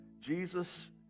Jesus